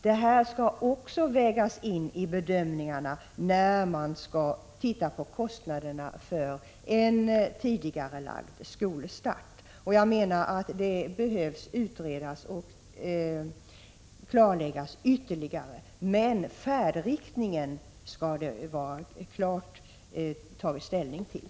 Det skall också vägas in i bedömningarna när man skall se på kostnaderna för en tidigarelagd skolstart. Detta behöver utredas och klarläggas ytterligare, men färdriktningen skall vi klart ta ställning till.